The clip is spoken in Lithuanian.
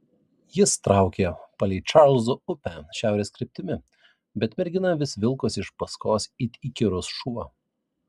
jis traukė palei čarlzo upę šiaurės kryptimi bet mergina vis vilkosi iš paskos it įkyrus šuo